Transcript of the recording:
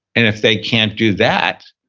and if they can't do that,